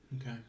Okay